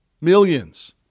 Millions